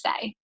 say